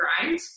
grind